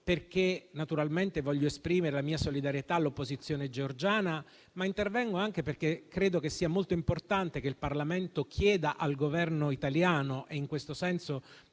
perché naturalmente voglio esprimere la mia solidarietà all'opposizione georgiana, ma anche perché credo che sia molto importante che il Parlamento interpelli il Governo italiano, e in questo senso